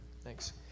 Thanks